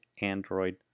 Android